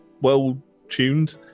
well-tuned